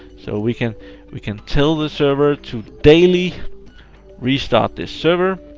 so, we can we can tell the server to daily restart the server,